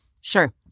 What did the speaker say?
Sure